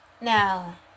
Now